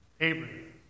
Abraham